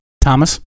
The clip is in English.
Thomas